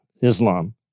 Islam